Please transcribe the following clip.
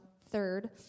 third